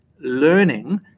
learning